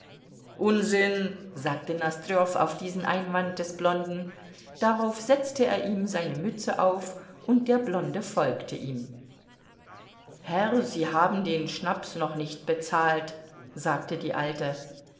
unsinn sagte nosdrjow auf diesen einwand des blonden darauf setzte er ihm seine mütze auf und der blonde folgte ihm herr sie haben den schnaps noch nicht bezahlt sagte die alte